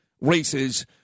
races